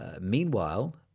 Meanwhile